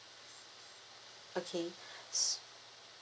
okay